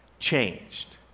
changed